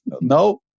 no